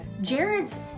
Jared's